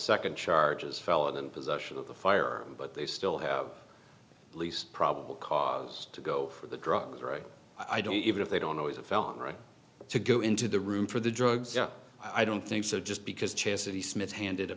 second charge is felon in possession of the fire but they still have police probable cause to go for the drug right i don't even if they don't always have felt right to go into the room for the drugs i don't think so just because chastity smith handed a